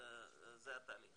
זה התהליך,